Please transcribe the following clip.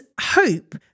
hope